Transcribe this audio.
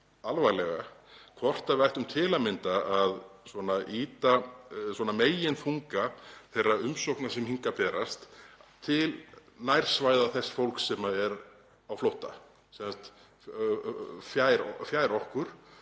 alvarlega hvort við ættum til að mynda að ýta meginþunga þeirra umsókna sem hingað berast til nærsvæða þess fólks sem er á flótta, sem sagt